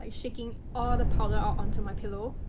ah shaking all the powder out onto my pillow,